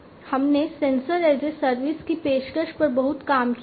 हमने sensor as a service की पेशकश पर बहुत काम किया है